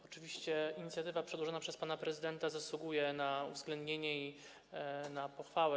Oczywiście inicjatywa przedłożona przez pana prezydenta zasługuje na uwzględnienie i na pochwałę.